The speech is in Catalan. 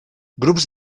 grups